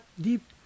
deep